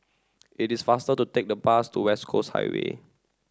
it is faster to take the bus to West Coast Highway